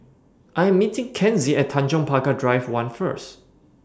I Am meeting Kenzie At Tanjong Pagar Drive one First